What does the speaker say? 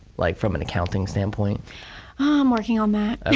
like from an accounting standpoint? i'm working on that.